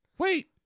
Wait